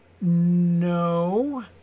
No